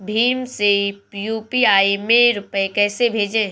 भीम से यू.पी.आई में रूपए कैसे भेजें?